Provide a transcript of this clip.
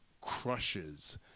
crushes